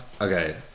Okay